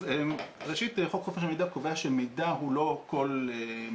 אז ראשית חוק חופש המידע קובע שמידע הוא לא כל מידע,